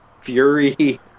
Fury